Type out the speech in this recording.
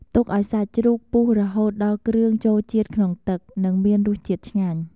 ទុកឱ្យសាច់ជ្រូកពុះរហូតដល់គ្រឿងចូលជាតិក្នុងទឹក និងមានរសជាតិឆ្ងាញ់។